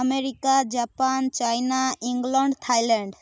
America Japan China England Thailand